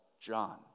John